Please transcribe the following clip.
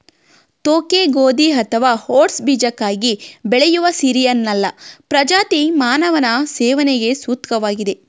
ತೋಕೆ ಗೋಧಿ ಅಥವಾ ಓಟ್ಸ್ ಬೀಜಕ್ಕಾಗಿ ಬೆಳೆಯುವ ಸೀರಿಯಲ್ನ ಪ್ರಜಾತಿ ಮಾನವನ ಸೇವನೆಗೆ ಸೂಕ್ತವಾಗಿದೆ